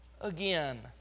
again